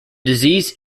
disease